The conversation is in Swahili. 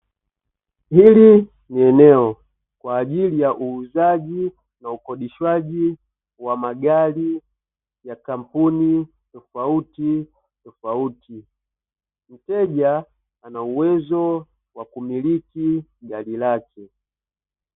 Hili ni eneo kwa ajili ya uuzaji na ukodishwaji wa magari ya kampuni tofautitofauti. Mteja anauwezo wa kumiliki gari lake.